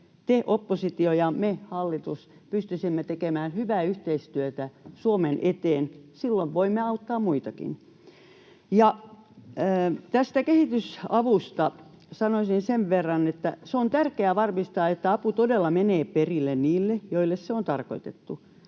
te, oppositio, ja me, hallitus, pystyisimme tekemään hyvää yhteistyötä Suomen eteen. Silloin voimme auttaa muitakin. Tästä kehitysavusta sanoisin sen verran, että on tärkeää varmistaa, että apu todella menee perille niille, joille se on tarkoitettu.